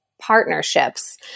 partnerships